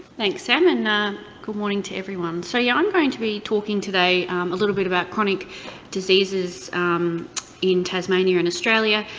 thanks, sam, and good morning to everyone. so yeah, i'm going to be talking today a little bit about chronic diseases in tasmania and australia,